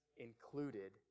included